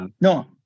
No